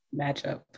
matchup